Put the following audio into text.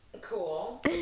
cool